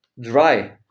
dry